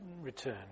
return